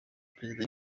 perezida